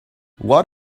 what